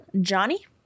johnny